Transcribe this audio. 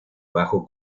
bajo